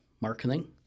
marketing